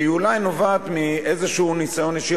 שהיא אולי נובעת מאיזה ניסיון אישי,